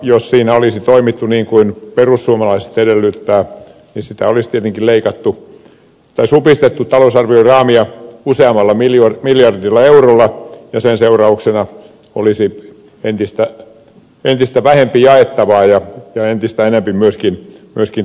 jos siinä olisi toimittu niin kuin perussuomalaiset edellyttävät olisi tietenkin leikattu tai supistettu talousarvioraamia useammalla miljardilla eurolla ja sen seurauksena olisi entistä vähempi jaettavaa ja entistä enempi myöskin työttömiä